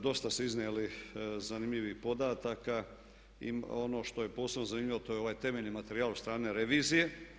Dosta ste iznijeli zanimljivih podataka i ono što je posebno zanimljivo to je ovaj temeljni materijal od strane revizije.